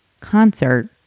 concert